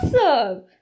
awesome